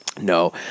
No